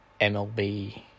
MLB